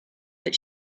that